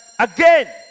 Again